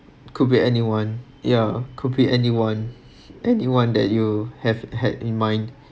could be anyone ya could be anyone anyone that you have had in mind